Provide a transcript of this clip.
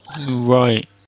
Right